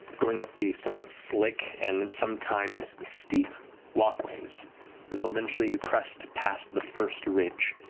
going up the somewhat slick and sometimes steep walkways until eventually you crest past the first ridge.